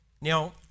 Now